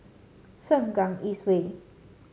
Sengkang East Way